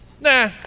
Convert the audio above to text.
Nah